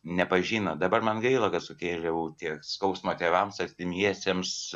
nepažino dabar man gaila kad sukėliau tiek skausmo tėvams artimiesiems